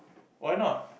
why not